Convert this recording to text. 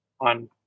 on